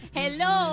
hello